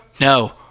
No